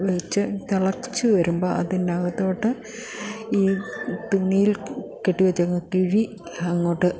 വച്ചു തിളച്ചു വരുമ്പോൾ അതിനകത്തോട്ട് ഈ തുണിയിൽ കെട്ടി വച്ചങ്ങ് കിഴി അങ്ങോട്ട്